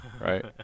right